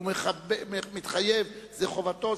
הוא מתחייב, זו חובתו.